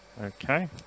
Okay